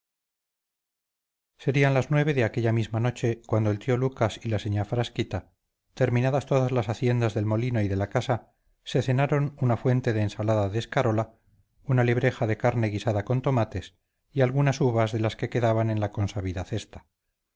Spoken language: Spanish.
serían las nueve de aquella misma noche cuando el tío lucas y la señá frasquita terminadas todas las haciendas del molino y de la casa se cenaron una fuente de ensalada de escarola una libreja de carne guisada con tomate y algunas uvas de las que quedaban en la consabida cesta